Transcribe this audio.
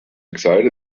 excited